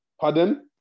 Pardon